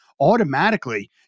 Automatically